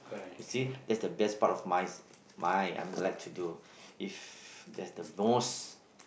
you see that's the best part of my mine I like to do if that's the most